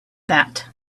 that